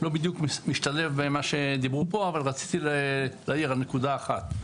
לא בדיוק משתלב עם מה שדיברו פה אבל רציתי להעיר על נקודה אחת.